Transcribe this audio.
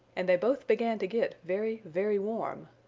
and they both began to get very, very warm.